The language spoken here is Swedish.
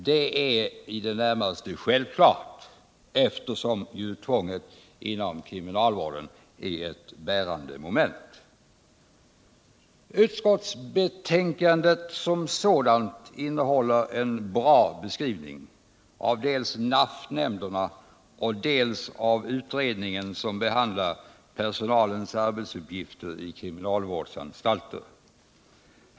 Det är i det närmaste självklart, eftersom tvånget inom kriminalvården är ett bärande moment. Utskottsbetänkandet som sådant innehåller en bra beskrivning av dels NAFF-nämnderna, dels utredningen som behandlar personalens arbetsuppgifter i kriminalvårdsanstalter.